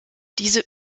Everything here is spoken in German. diese